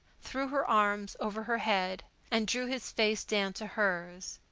threw her arms over her head, and drew his face down to hers.